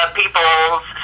people's